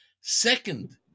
second